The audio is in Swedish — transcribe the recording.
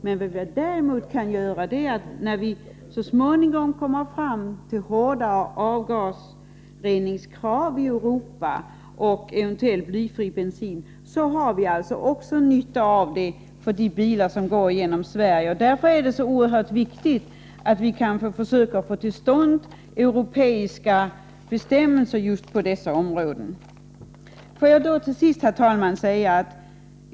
Men när man i Europa så småningom kommer fram till hårdare krav på avgasrening och eventuellt blyfri bensin, har också vi nytta av detta beträffande de bilar som kör genom Sverige. Därför är det så oerhört viktigt att vi försöker få till stånd europeiska bestämmelser just på detta område. Herr talman!